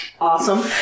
awesome